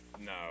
No